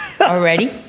already